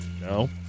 No